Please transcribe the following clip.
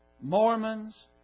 Mormons